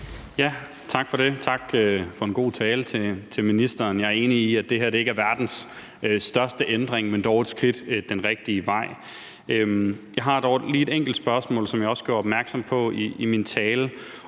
tak til ministeren for en god tale. Jeg er enig i, at det her ikke er verdens største ændring, men dog et skridt den rigtige vej. Jeg har dog lige et enkelt spørgsmål, som jeg også gjorde opmærksom på i min tale,